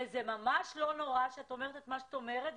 וזה ממש לא נורא שאת אומרת את מה שאת אומרת.